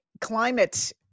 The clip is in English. climate